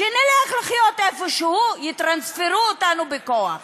שנלך לחיות איפשהו, יטרנספרו אותנו בכוח.